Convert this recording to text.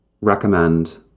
recommend